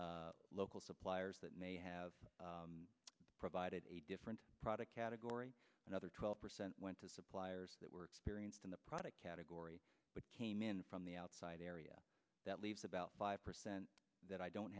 experienced local suppliers that may have provided a different product category another twelve percent went to suppliers that were experienced in the product category but came in from the outside area that leaves about five percent that i don't